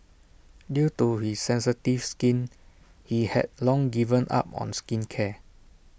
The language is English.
due to his sensitive skin he had long given up on skincare